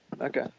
Okay